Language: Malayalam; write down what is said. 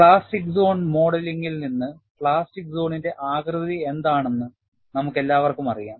പ്ലാസ്റ്റിക് സോൺ മോഡലിംഗിൽ നിന്ന് പ്ലാസ്റ്റിക് സോണിന്റെ ആകൃതി എന്താണെന്ന് നമുക്കെല്ലാവർക്കും അറിയാം